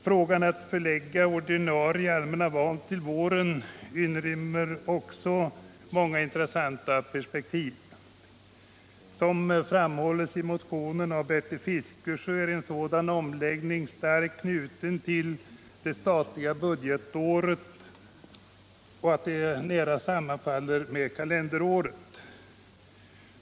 Frågan om att förlägga de ordinarie allmänna valen till våren inrymmer också många intressanta perspektiv. Som framhålles i motionen av Bertil Fiskesjö är en sådan omläggning starkt knuten till att det statliga budgetåret nära sammanfaller med kalenderåret.